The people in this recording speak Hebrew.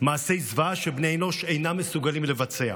מעשי זוועה שבני אנוש אינם מסוגלים לבצע.